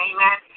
Amen